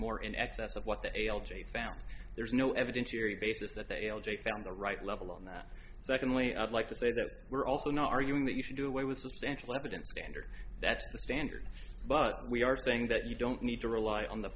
more in excess of what the a l j found there's no evidence your basis that they found the right level on that secondly i'd like to say that we're also not arguing that you should do away with substantial evidence standard that's the standard but we are saying that you don't need to rely on the